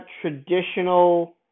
traditional